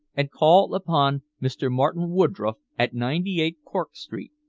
and call upon mr. martin woodroffe at ninety eight cork street,